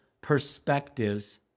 perspectives